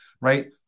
right